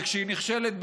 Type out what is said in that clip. וכשהיא נכשלת באלימות,